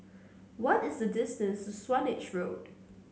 what is the distance to Swanage Road